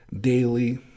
daily